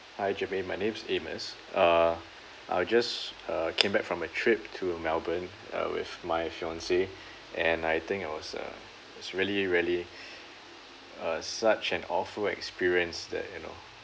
hi germaine my name is amos uh I just uh came back from a trip to melbourne uh with my fiancee and I think it was a it's really really uh such an awful experience that you know